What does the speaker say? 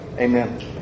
Amen